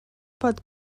pot